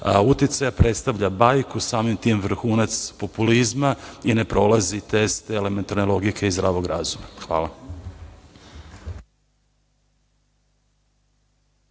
uticaja predstavlja bajku, samim tim vrhunac populizma i ne prolazi test elementarne logike i zdravog razuma. Hvala.